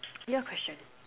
your question